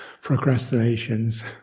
procrastinations